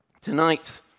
tonight